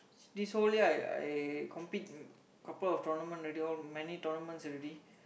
this whole year I I compete in couple of tournament already many tournaments already